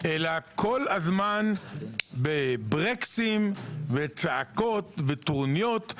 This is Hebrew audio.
אלא כל הזמן בברקסים וצעקות וטרוניות.